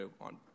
on